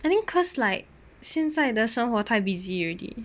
and then cause like 现在的生活太 busy already